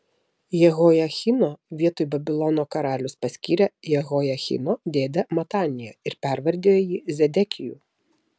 jehojachino vietoj babilono karalius paskyrė jehojachino dėdę mataniją ir pervardijo jį zedekiju